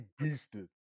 beasted